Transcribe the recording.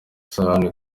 isahani